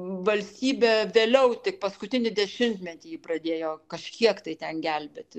valstybė vėliau tik paskutinį dešimtmetį ji pradėjo kažkiek tai ten gelbėti